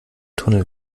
tunnel